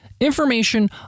information